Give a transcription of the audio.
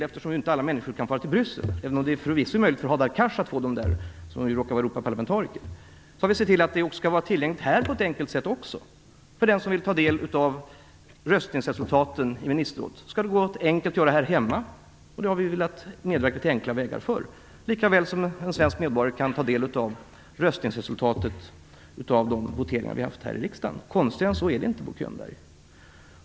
Eftersom alla människor inte kan fara till Bryssel - även om det förvisso är möjligt för Hadar Cars att få dessa uppgifter, då han råkar vara Europaparlamentariker - har vi dessutom sett till att dessa resultat är tillgängliga på ett enkelt sätt också här hemma. Den som vill ta del av omröstningsresultaten från ministerrådet skall kunna göra det på ett enkelt sätt här hemma, och vi har därför velat medverka till enkla vägar för det, lika väl som en svensk medborgare kan ta del av resultaten från de voteringar vi har här i riksdagen. Konstigare än så är det inte, Bo Könberg.